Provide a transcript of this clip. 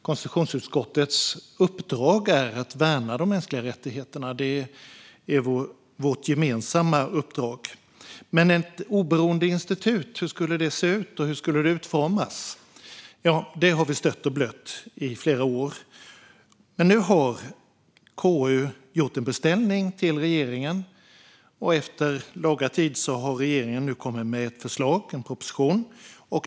Konstitutionsutskottets uppdrag är att värna de mänskliga rättigheterna. Det är vårt gemensamma uppdrag. Men hur skulle ett oberoende institut se ut och hur skulle det utformas? Detta har vi stött och blött i flera år. Nu har dock KU gjort en beställning till regeringen, och efter laga tid har regeringen nu kommit med ett förslag i form av en proposition.